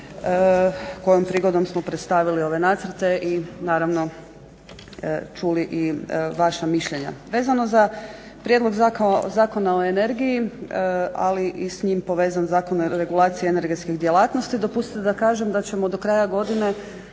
kojom prigodom smo predstavili ove nacrte i naravno čuli i vaša mišljenja. Vezano za Prijedlog zakona o energiji, ali i s njim povezan Zakon o regulaciji energetskih djelatnosti dopustite da kažem da ćemo do kraja godine